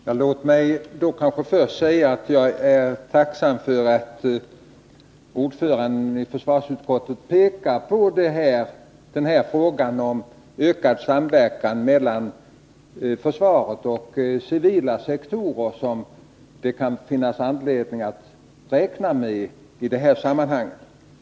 Herr talman! Låt mig först säga att jag är tacksam för att ordföranden i försvarsutskottet pekar på frågan om en ökad samverkan mellan försvaret och den civila sektorn.